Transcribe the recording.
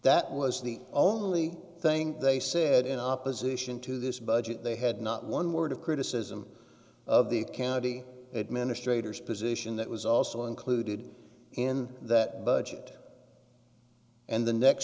that was the only thing they said in opposition to this budget they had not one word of criticism of the county administrators position that was also included in that budget and the next